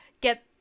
get